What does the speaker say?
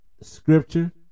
Scripture